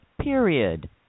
period